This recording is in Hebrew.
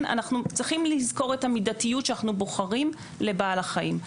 אנחנו צריכים לזכור את המידתיות שאנחנו בוחרים לבעל החיים.